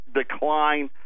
decline